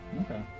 Okay